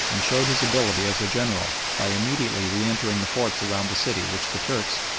and showed his ability as a general by immediately re-entering the forts around the city which the turks,